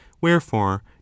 wherefore